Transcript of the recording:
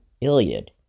Iliad